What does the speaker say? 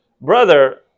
brother